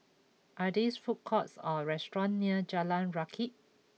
are there food courts or restaurant near Jalan Rakit